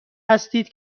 هستید